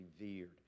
revered